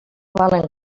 valen